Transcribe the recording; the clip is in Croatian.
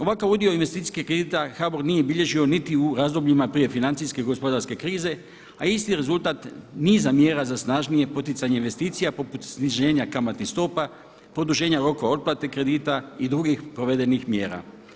Ovakav udio investicijskih kredita HBOR nije bilježio niti u razdobljima prije financijske gospodarske krize a isti rezultat niza mjera za snažnije poticanje investicija poput sniženja kamatnih stopa, produženja rokova otplate kredita i drugi provedenih mjera.